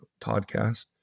podcast